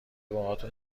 باهاتون